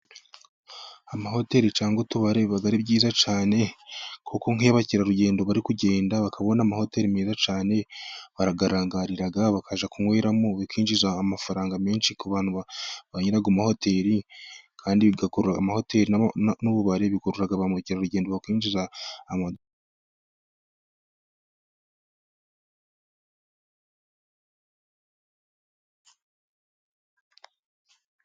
Amahoteri cyangwa utubari aba ari byiza cyane kuko abakerarugendo bari kugenda bakabona amahoteri meza cyane barayarangarira bakaza kunyweramo bikinjiza amafaranga menshi ku bantu. Amahoteri n'ububari bikurura bamukerarugendo bakinjiza amafaranga.